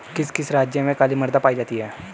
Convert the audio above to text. किस किस राज्य में काली मृदा पाई जाती है?